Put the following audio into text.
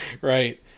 right